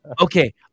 Okay